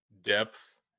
depth